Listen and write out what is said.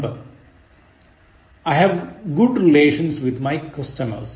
ഒൻപത് I have good relations with my customers